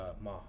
Ma